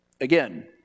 again